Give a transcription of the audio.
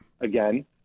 again